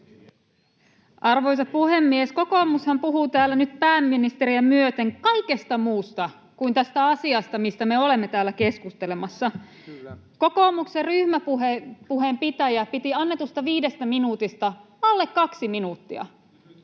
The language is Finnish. Arvoisa puhemies! Kokoomushan puhuu täällä nyt pääministeriä myöten kaikesta muusta kuin tästä asiasta, mistä me olemme täällä keskustelemassa. Kokoomuksen ryhmäpuheen pitäjä piti annetusta viidestä minuutista alle kaksi minuuttia